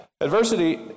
Adversity